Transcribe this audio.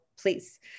please